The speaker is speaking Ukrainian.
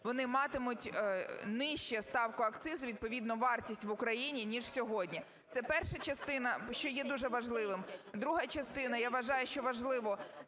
вони матимуть нижче ставку акцизу, відповідно вартість в України, ніж сьогодні. Це перша частина, що є дуже важливим. Друга частина. Я вважаю, що важливо,